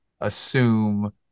assume